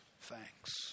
thanks